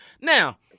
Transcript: now